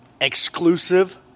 exclusive